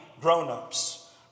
grown-ups